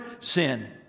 sin